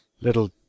little